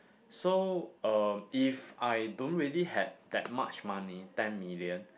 so um if I don't really have that much money ten million